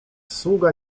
sługa